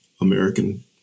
American